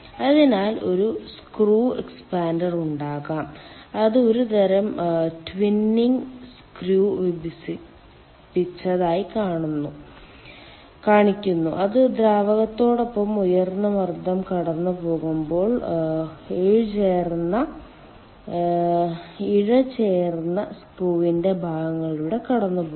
അതിനാൽ ഒരു screw expander ഉണ്ടാകാം അത് ഒരുതരം ട്വിന്നിംഗ് സ്ക്രൂ വികസിപ്പിച്ചതായി കാണിക്കുന്നു അത് ദ്രാവകത്തോടൊപ്പം ഉയർന്ന മർദ്ദം കടന്നുപോകുമ്പോൾ ഇഴചേർന്ന സ്ക്രൂവിന്റെ ഭാഗങ്ങളിലൂടെ കടന്നുപോകും